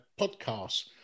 podcasts